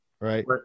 right